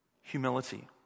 humility